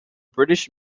british